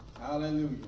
Hallelujah